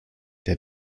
der